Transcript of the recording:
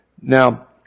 Now